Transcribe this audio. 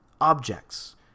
objects